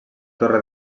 torre